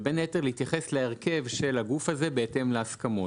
ובן היתר להתייחס להרכב הגוף הזה בהתאם להסכמות.